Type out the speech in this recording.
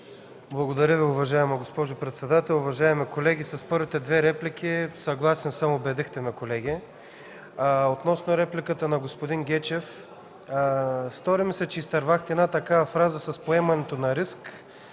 Благодаря Ви, уважаема госпожо председател. Уважаеми колеги, с първите две реплики съм съгласен, убедиха ме колегите. Относно репликата на господин Гечев. Стори ми се, че изтървахте една такава фраза с поемането на риск,